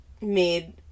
made